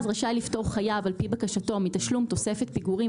רשאי לפטור חייב על פי בקשתו מתשלום תוספת פיגורים,